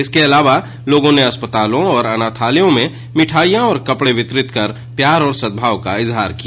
इसके अलावा लोगों ने अस्पताओं और अनाथालयों में मिठाइयॉ और कपड़े वितरित कर प्यार और सद्भाव का इजहार किया